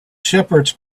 shepherds